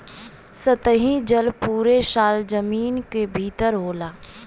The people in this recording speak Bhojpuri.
सतही जल पुरे साल जमीन क भितर होला